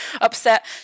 upset